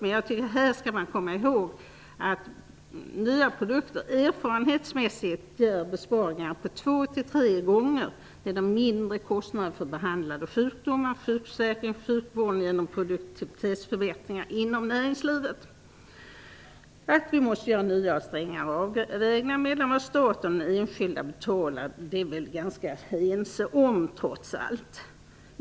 Men jag tycker att man här skall komma ihåg att nya produkter erfarenhetsmässigt ger besparingar på 2-3 gånger genom mindre kostnader för behandlade sjukdomar, sjukförsäkring, sjukvård och genom produktivitetsförbättringar inom näringslivet. Att vi måste göra nya och strängare avvägningar mellan vad staten och enskilda betalar är vi väl ganska ense om trots allt.